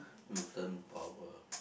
mutant power